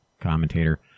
commentator